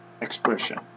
expression